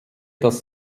das